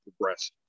progressive